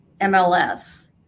MLS